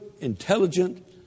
intelligent